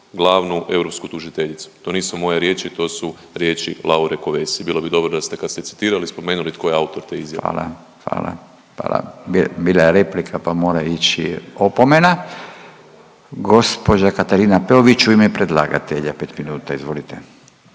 glavnu europsku tužiteljicu. To nisu moje riječi, to su riječi Laure Kövesi. Bilo bi dobro da ste kad ste citirali spomenuli tko je autor te izjave. **Radin, Furio (Nezavisni)** Hvala. Hvala. Bila je replika pa mora ići opomena. Gospođa Katarina Peović u ime predlagatelja pet minuta, izvolite.